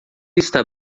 está